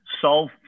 solve